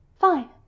Fine